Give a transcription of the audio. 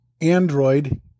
Android